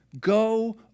Go